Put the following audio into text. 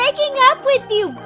up with you,